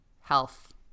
health